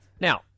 Now